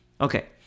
Okay